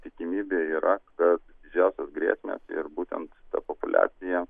tikimybė yra kad didžiausios grėsmės ir būtent ta populiacija